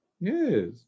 Yes